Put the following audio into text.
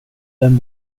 vem